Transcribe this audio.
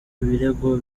birego